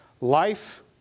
Life